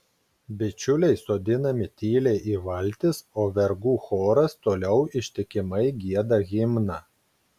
bičiuliai sodinami tyliai į valtis o vergų choras toliau ištikimai gieda himną